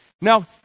Now